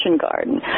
garden